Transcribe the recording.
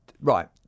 Right